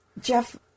Jeff